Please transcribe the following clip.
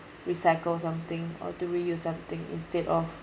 recycle something or to reuse something instead of